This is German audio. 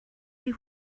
die